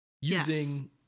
Using